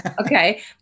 Okay